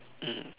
mm